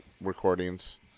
recordings